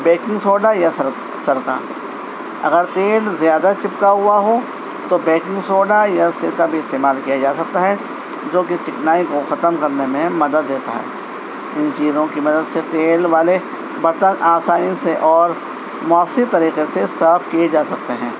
baking soda یا سرکہ اگر تیل زیادہ چپکا ہوا ہو تو بیکنگ سوڈا یا سرکہ بھی استعمال کیا جا سکتا ہے جو کہ چکنائی کو ختم کرنے میں مدد دیتا ہے ان چیزوں کی مدد سے تیل والے برتن آسانی سے اور مؤثر طریقے سے صاف کیے جا سکتے ہیں